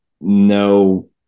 no